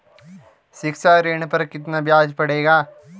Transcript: शिक्षा ऋण पर कितना ब्याज पड़ेगा?